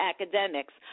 academics